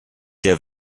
der